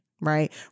Right